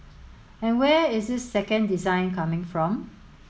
and where is this second design coming from